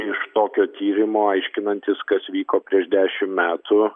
iš tokio tyrimo aiškinantis kas vyko prieš dešim metų